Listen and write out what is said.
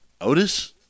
Otis